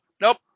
Nope